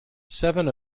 seven